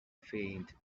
faint